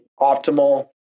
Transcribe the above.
optimal